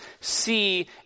see